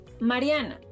Mariana